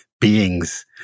beings